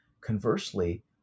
conversely